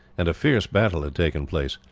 and a fierce battle had taken place.